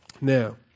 Now